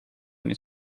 niet